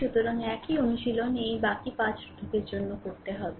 সুতরাং একই অনুশীলন এই বাকী 5 রোধকের জন্য করতে হবে